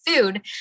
food